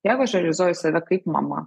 jeigu aš realizuoju save kaip mama